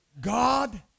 God